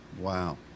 Wow